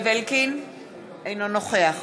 אינו נוכח